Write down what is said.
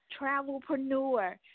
travelpreneur